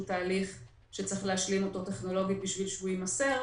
תהליך שצריך להשלים אותו טכנולוגית בשביל שהוא יימסר